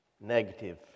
negative